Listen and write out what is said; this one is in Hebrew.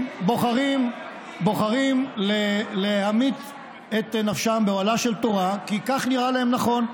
בוחרים להמית את נפשם באוהלה של תורה כי כך נראה להם נכון.